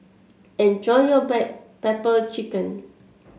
enjoy your Black Pepper Chicken